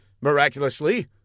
miraculously